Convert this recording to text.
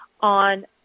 on